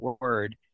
word